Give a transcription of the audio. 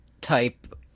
type